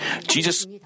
Jesus